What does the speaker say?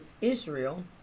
Israel